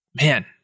Man